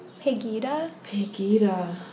PEGIDA